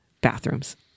bathrooms